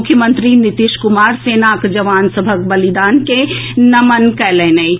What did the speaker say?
मुख्यमंत्री नीतीश कुमार सेनाक जवान सभक बलिदान के नमन कयलनि अछि